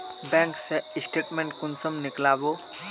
Bank के statement कुंसम नीकलावो?